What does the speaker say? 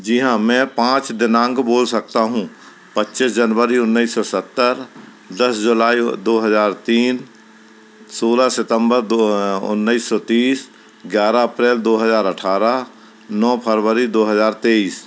जी हाँ मैं पाँच दिनांक बोल सकता हूँ पच्चीस जनवरी उन्नीस सौ सत्तर दस जुलाई दो हज़ार तीन सोलह सितंबर दो उन्नीस सौ तीस ग्यारह अप्रैल दो हज़ार अट्ठारह नौ फरवरी दो हज़ार तेईस